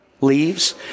leaves